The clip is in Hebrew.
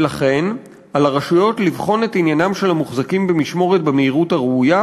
ולכן על הרשויות לבחון את עניינם של המוחזקים במשמורת במהירות הראויה,